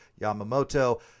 Yamamoto